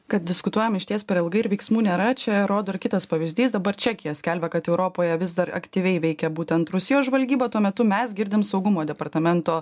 kad diskutuojam išties per ilgai ir veiksmų nėra čia rodo ir kitas pavyzdys dabar čekija skelbia kad europoje vis dar aktyviai veikia būtent rusijos žvalgyba tuo metu mes girdim saugumo departamento